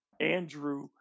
Andrew